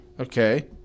Okay